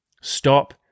Stop